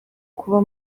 kuba